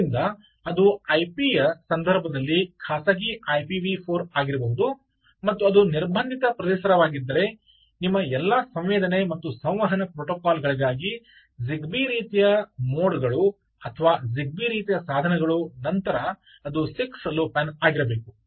ಆದ್ದರಿಂದ ಅದು IP ನ ಸಂದರ್ಭದಲ್ಲಿ ಖಾಸಗಿ IPv4 ಆಗಿರಬಹುದು ಮತ್ತು ಅದು ನಿರ್ಬಂಧಿತ ಪರಿಸರವಾಗಿದ್ದರೆ ನಿಮ್ಮ ಎಲ್ಲಾ ಸಂವೇದನೆ ಮತ್ತು ಸಂವಹನ ಪ್ರೋಟೋಕಾಲ್ಗಳಿಗಾಗಿ ಜಿಗ್ಬೀ ರೀತಿಯ ಮೋಡ್ಗಳು ಅಥವಾ ಜಿಗ್ಬೀ ರೀತಿಯ ಸಾಧನಗಳು ನಂತರ ಅದು 6 ಲೋ ಪ್ಯಾನ್ ಆಗಿರಬೇಕು